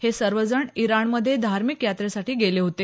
हे सर्वजण इराणमध्ये धार्मिक यात्रेसाठी गेले होते